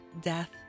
death